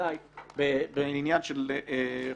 בוודאי בעניין של חוק-יסוד: